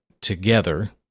together